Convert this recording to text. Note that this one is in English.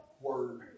Word